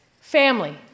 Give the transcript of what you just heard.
family